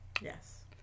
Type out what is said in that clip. Yes